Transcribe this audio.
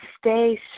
stay